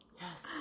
Yes